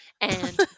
and-